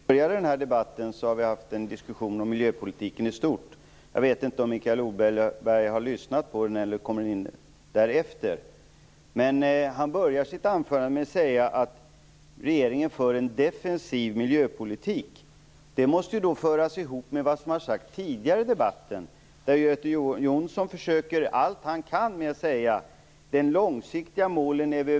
Herr talman! I början av denna debatt förde vi en diskussion om miljöpolitiken i stort. Jag vet inte om Mikael Odenberg har lyssnat på diskussionen eller om han har kommit in därefter. Han började sitt anförande med att säga att regeringen för en defensiv miljöpolitik. Det måste ju då föras ihop med vad som har sagts tidigare i debatten, där Göte Jonsson så mycket han har kunnat har försökt säga att vi är överens om de långsiktiga målen.